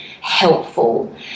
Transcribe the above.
helpful